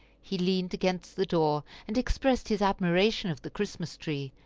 he leaned against the door, and expressed his admiration of the christmas tree,